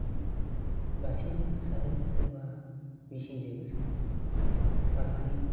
बालथिंजोंबो सारो सोरबा मिसिनजोंबो सारो सारनानै